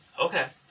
Okay